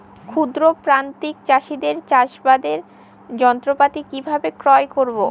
ক্ষুদ্র প্রান্তিক চাষীদের চাষাবাদের যন্ত্রপাতি কিভাবে ক্রয় করব?